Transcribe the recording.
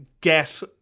get